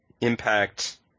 impact